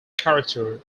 character